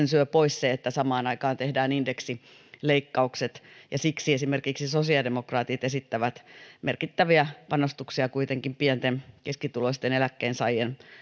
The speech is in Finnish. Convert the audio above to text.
syö pois se että samaan aikaan tehdään indeksileikkaukset siksi esimerkiksi sosiaalidemokraatit kuitenkin esittävät merkittäviä panostuksia pieni ja keskituloisten eläkkeensaajien